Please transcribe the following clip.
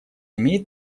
имеет